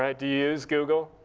and do you use google?